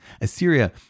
Assyria